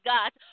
God